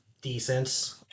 decent